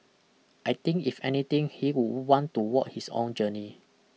I think if anything he would want to walk his own journey